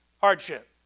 hardship